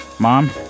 Mom